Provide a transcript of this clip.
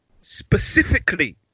specifically